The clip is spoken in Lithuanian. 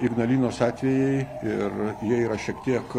ignalinos atvejai ir jie yra šiek tiek